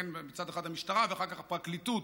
מצד אחד המשטרה ואחר כך הפרקליטות,